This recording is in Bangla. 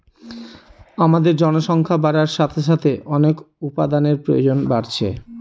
আমাদের জনসংখ্যা বাড়ার সাথে সাথে অনেক উপাদানের প্রয়োজন বাড়ছে